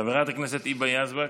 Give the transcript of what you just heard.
חברת הכנסת היבה יזבק,